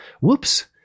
whoops